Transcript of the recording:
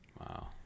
Wow